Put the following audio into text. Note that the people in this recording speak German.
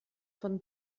von